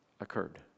occurred